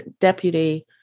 deputy